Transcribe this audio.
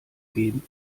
geben